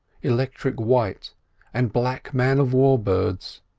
electric white and black man-of-war birds,